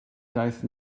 ddaeth